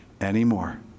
anymore